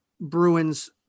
Bruins